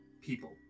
people